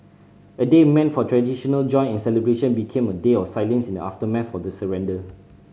a day meant for traditional joy and celebration became a day of silence in the aftermath of the surrender